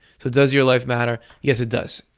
so does your life matter? yes it does.